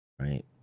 right